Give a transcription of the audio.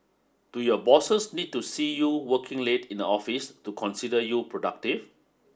do your bosses need to see you working late in the office to consider you productive